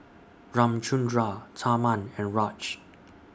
Ramchundra Tharman and Raj